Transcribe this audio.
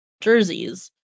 jerseys